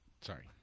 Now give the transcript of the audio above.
Sorry